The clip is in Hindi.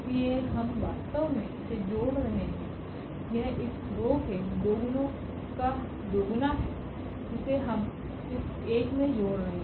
इसलिए हम वास्तव में इसे जोड़ रहे हैं यह इस रो के दो गुना का दो गुना है जिसे हम इस एक में जोड़ रहे हैं